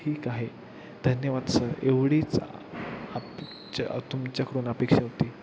ठीक आहे धन्यवाद सर एवढीच आप तुमच्याकडून अपेक्षा होती